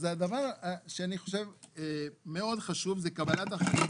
אז הדבר שאני חושב שמאוד חשוב הוא קבלת אחריות